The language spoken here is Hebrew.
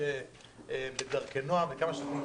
תמיד בדרכי נועם.